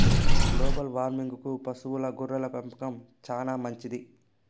global వార్మింగ్కు పశువుల గొర్రెల పెంపకం చానా మంచిది